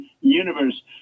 universe